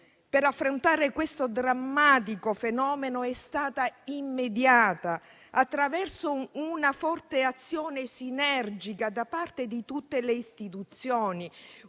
per affrontare tale drammatico fenomeno è stata immediata, attraverso una forte azione sinergica da parte di tutte le istituzioni;